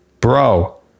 Bro